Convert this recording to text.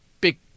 big